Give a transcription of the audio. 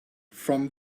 from